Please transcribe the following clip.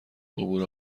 عبور